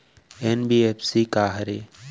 NBFC का हरे?